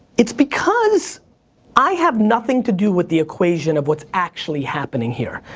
it's because i have nothing to do with the equation of what's actually happening here.